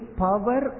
power